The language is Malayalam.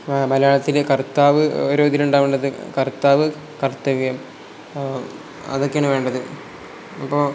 മലയാളത്തിൽ കർത്താവ് ഇതിലുണ്ടാവേണ്ടത് കർത്താവ് കർത്തവ്യം അതൊക്കെയാണ് വേണ്ടത് അപ്പോൾ